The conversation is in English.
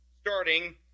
Starting